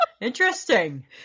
Interesting